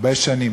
הרבה שנים,